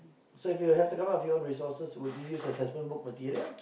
so if you have to come up with your own resources would you use assessment book material